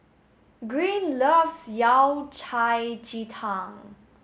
Green loves Yao Cai Ji Tang